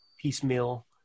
piecemeal